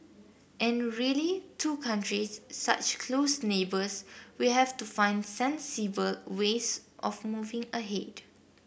and really two countries such close neighbours we have to find sensible ways of moving ahead